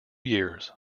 years